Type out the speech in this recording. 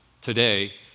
today